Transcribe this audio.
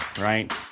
right